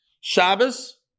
Shabbos